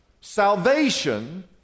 salvation